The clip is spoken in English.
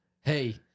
Hey